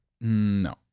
No